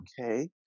okay